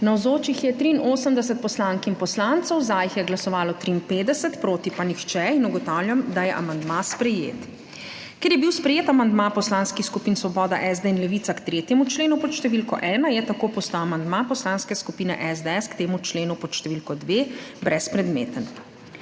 Navzočih je 83 poslank in poslancev, za jih je glasovalo 53, proti pa nihče. (Za je glasovalo 53.)(Proti nihče.) Ugotavljam, da je amandma sprejet. Ker je bil sprejet amandma poslanskih skupin Svoboda, SD in Levica k 3. členu pod številko 1., je tako postal amandma Poslanske skupine SDS k temu členu pod številko 2 brezpredmeten.